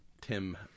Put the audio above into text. Tim